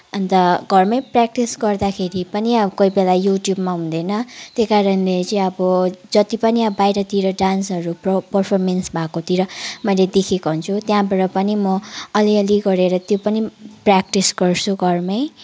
अन्त घरमै प्र्याक्टिस गर्दाखेरि पनि कोहीबेला युट्युबमा हुँदैन त्यही कारणले चाहिँ अब जति पनि बाहिरतिर डान्सहरू परफोर्मेन्समा भएकोतिर मैले देखेको हुन्छु त्यहाँबाट पनि म अलिअलि गरेर त्यो पनि प्र्याक्टिस गर्छु घरमै